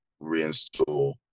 reinstall